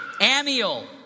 Amiel